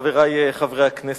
חברי חברי הכנסת,